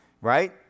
right